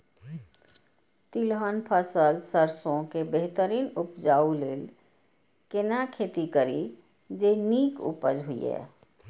तिलहन फसल सरसों के बेहतरीन उपजाऊ लेल केना खेती करी जे नीक उपज हिय?